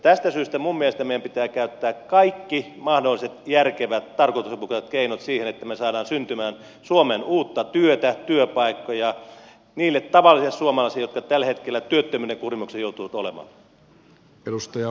tästä syystä minun mielestäni meidän pitää käyttää kaikki mahdolliset järkevät tarkoituksenmukaiset keinot siihen että me saamme syntymään suomeen uutta työtä työpaikkoja niille tavallisille suomalaisille jotka tällä hetkellä työttömyyden kurimuksessa joutuvat olemaan